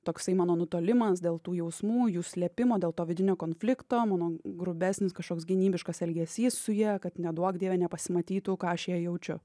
toksai mano nutolimas dėl tų jausmų jų slėpimo dėl to vidinio konflikto mano grubesnis kažkoks gynybiškas elgesys su ja kad neduok dieve nepasimatytų ką aš jai jaučiu